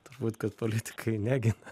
turbūt kad politikai negina